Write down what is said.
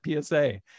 PSA